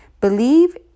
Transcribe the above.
Believe